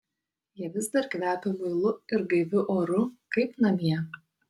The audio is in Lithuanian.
jie vis dar kvepia muilu ir gaiviu oru kaip namie